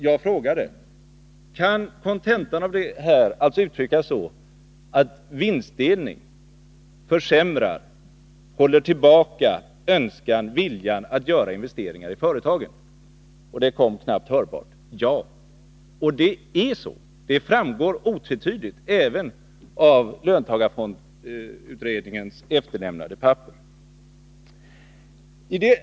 Jag frågade: Kan kontentan av det här uttryckas så, att vinstdelning försämrar, håller tillbaka, önskan, viljan, att göra investeringar i företagen? Svaret, som var knappt hörbart, blev: Ja. Och det förhåller sig på det sättet. Det framgår otvetydigt — även av de papper som löntagarfondsutredningen lämnat efter sig.